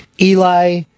Eli